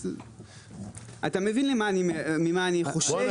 אתה מבין ממה אני חושש?